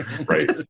Right